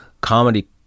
comedy